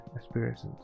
aspirations